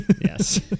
Yes